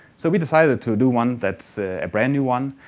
so we decided to do one that's a brand new one,